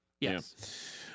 Yes